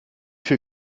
viel